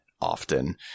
Often